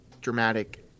dramatic